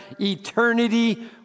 eternity